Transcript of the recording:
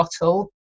bottle